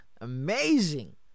amazing